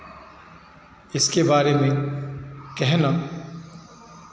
इसके बारे में कहना